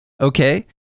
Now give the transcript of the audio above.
Okay